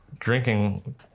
Drinking